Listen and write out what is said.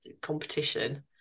competition